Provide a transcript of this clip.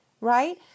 Right